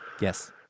yes